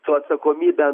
su atsakomybe